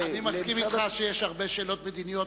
אני מסכים אתך שיש הרבה שאלות מדיניות,